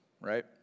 right